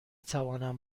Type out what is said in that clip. توانم